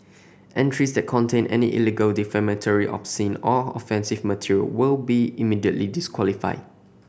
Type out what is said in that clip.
entries that contain any illegal defamatory obscene or offensive material will be immediately disqualified